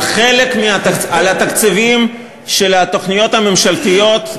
על חלק, על התקציבים של התוכניות הממשלתיות,